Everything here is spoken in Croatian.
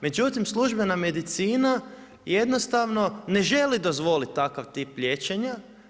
Međutim, službena medicina jednostavno ne želi dozvoliti takav tip liječenja.